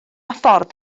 ffordd